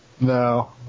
No